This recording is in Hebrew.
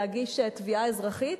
מלהגיש תביעה אזרחית,